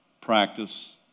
practice